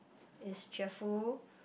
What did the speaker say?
is cheerful